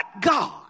God